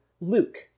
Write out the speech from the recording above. Luke